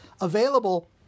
available